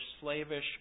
slavish